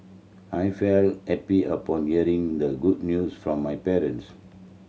I felt happy upon hearing the good news from my parents